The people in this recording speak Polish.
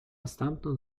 stamtąd